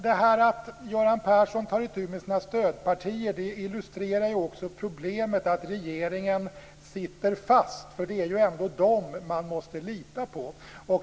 Det här att Göran Persson tar itu med sina stödpartier illustrerar också problemet att regeringen sitter fast, för det är ju ändå dem man måste lita på.